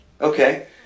Okay